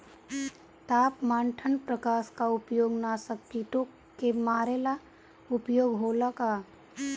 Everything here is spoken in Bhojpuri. तापमान ठण्ड प्रकास का उपयोग नाशक कीटो के मारे ला उपयोग होला का?